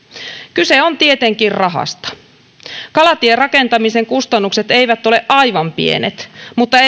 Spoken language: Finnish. kyse on tietenkin rahasta kalatierakentamisen kustannukset eivät ole aivan pienet mutta